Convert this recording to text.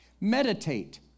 Meditate